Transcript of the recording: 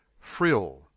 frill